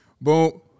Boom